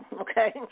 okay